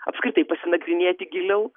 apskritai pasinagrinėti giliau